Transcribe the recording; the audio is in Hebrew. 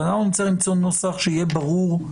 אבל אנחנו נצטרך למצוא נוסח שיהיה ברור,